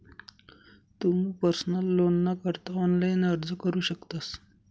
तुमू पर्सनल लोनना करता ऑनलाइन अर्ज करू शकतस